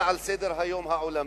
אלא העולמי.